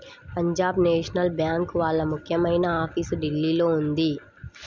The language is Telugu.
పంజాబ్ నేషనల్ బ్యేంకు వాళ్ళ ముఖ్యమైన ఆఫీసు ఢిల్లీలో ఉంది